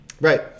Right